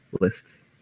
lists